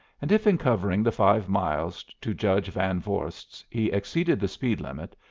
and if in covering the five miles to judge van vorst's he exceeded the speed limit,